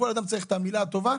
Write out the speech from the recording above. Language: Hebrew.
כל אדם צריך את המילה הטובה,